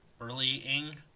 early-ing